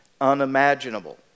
unimaginable